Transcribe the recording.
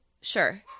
Sure